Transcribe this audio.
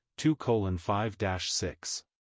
2.5-6